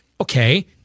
okay